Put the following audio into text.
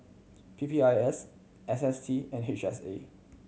P P I S S S T and H S A